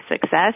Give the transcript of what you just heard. success